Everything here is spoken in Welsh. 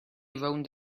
rownd